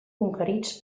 conquerits